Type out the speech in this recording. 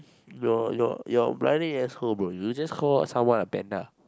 you're you're you're a bloody asshole bro you just called someone a panda